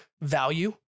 value